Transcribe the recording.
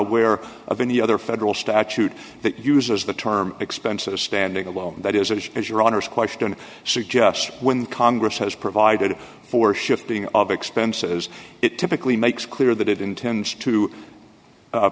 aware of any other federal statute that uses the term expenses standing alone that is as is your honor's question suggestion when congress has provided for shifting of expenses it typically makes clear that it intends to